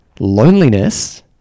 Loneliness